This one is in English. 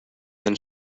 than